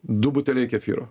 du buteliai kefyro